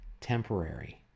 temporary